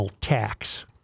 tax